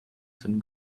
some